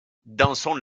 dansons